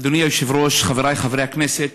אדוני היושב-ראש, חבריי חברי הכנסת,